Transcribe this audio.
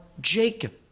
Jacob